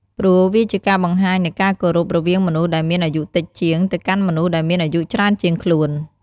ព្រោះវាជាការបង្ហាញនូវការគោរពរវាងមនុស្សដែលមានអាយុតិចជាង ទៅកាន់មនុស្សដែលមានអាយុច្រើនជាងខ្លួន។